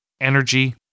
Energy